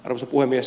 arvoisa puhemies